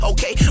Okay